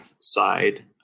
side